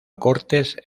cortes